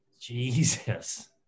Jesus